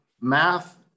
math